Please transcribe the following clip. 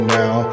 now